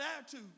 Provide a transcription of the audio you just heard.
attitude